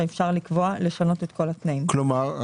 שאפשר לקבוע לשנות את כל התנאים.